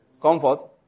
Comfort